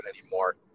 anymore